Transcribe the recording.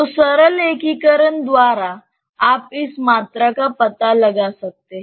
तो सरल एकीकरण द्वारा आप इस मात्रा का पता लगा सकते हैं